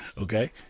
okay